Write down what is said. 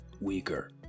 weaker